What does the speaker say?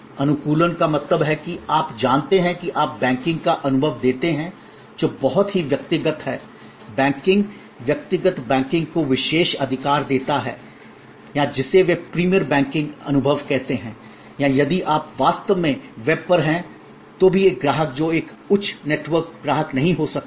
अनुकूलन का मतलब है कि आप जानते हैं कि आप बैंकिंग का अनुभव देते हैं जो बहुत ही व्यक्तिगत है बैंकिंग व्यक्तिगत बैंकिंग को विशेषाधिकार देता है या जिसे वे प्रीमियर बैंकिंग अनुभव कहते हैं या यदि आप वास्तव में वेब पर हैं तो भी एक ग्राहक जो एक उच्च नेटवर्क ग्राहक नहीं हो सकता है